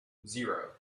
zero